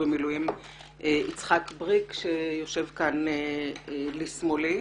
במילואים יצחק בריק שיושב כאן לשמאלי.